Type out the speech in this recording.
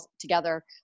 together